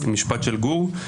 משפט של גור.